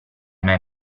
mai